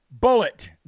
bullet